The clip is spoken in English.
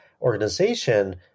organization